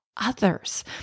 others